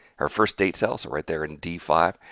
our first date cells are right there in d five,